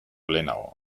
lehenago